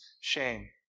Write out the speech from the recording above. shame